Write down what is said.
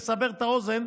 לסבר את האוזן,